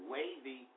Wavy